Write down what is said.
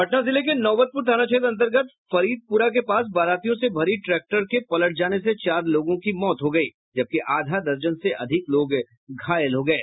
पटना जिले के नौबतपुर थाना क्षेत्र अंतर्गत फरीदपुरा के पास बारातियों से भरी ट्रैक्टर के पलट जाने से चार लोगों की मौत हो गयी है जबकि आधा दर्जन से अधिक लोग घायल हो गये